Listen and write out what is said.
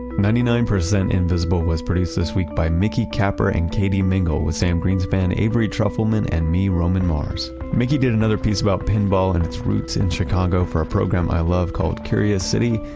ninety nine percent invisible was produced this week by mickey capper and katie mingle with sam greenspan, avery truffleman and me, roman mars. mickey did another piece about pinball and its roots in chicago for a program i love called curious city.